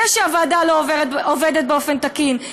זה שהוועדה לא עובדת באופן תקין,